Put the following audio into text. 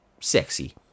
sexy